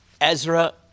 Ezra